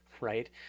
right